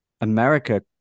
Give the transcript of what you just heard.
America